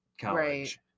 college